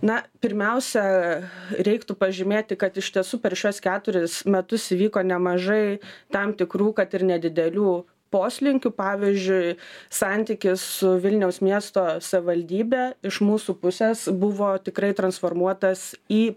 na pirmiausia reiktų pažymėti kad iš tiesų per šiuos keturis metus įvyko nemažai tam tikrų kad ir nedidelių poslinkių pavyzdžiui santykis su vilniaus miesto savivaldybe iš mūsų pusės buvo tikrai transformuotas į